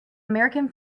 american